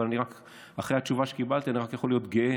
אבל אחרי התשובה שקיבלתי אני יכול להיות גאה